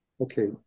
Okay